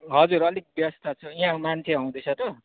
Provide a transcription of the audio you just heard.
हजुर अलिक व्यस्त छु यहाँ मान्छे आउँदैछ त